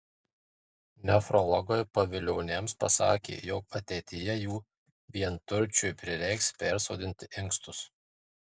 nefrologai pavilioniams pasakė jog ateityje jų vienturčiui prireiks persodinti inkstus